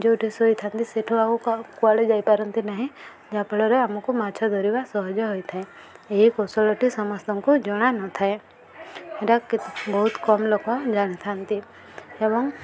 ଯୋଉଠି ଶୋଇଥାନ୍ତି ସେଠୁ ଆଉ କୁଆଡ଼େ ଯାଇପାରନ୍ତି ନାହିଁ ଯାହାଫଳରେ ଆମକୁ ମାଛ ଧରିବା ସହଜ ହୋଇଥାଏ ଏହି କୌଶଳଟି ସମସ୍ତଙ୍କୁ ଜଣା ନଥାଏ ଏଟା ବହୁତ କମ୍ ଲୋକ ଜାଣିଥାନ୍ତି ଏବଂ